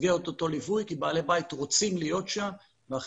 במסגרת אותו ליווי כי בעלי הבית רוצים להיות שם והחבר'ה